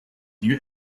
you